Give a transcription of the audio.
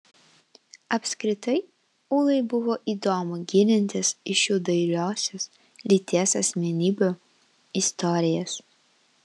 apskritai ūlai buvo įdomu gilintis į šių dailiosios lyties asmenybių istorijas